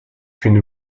une